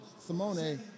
Simone